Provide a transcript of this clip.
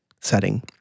setting